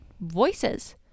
voices